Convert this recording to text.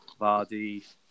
Vardy